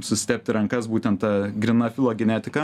susitepti rankas būtent ta gryna filogenetika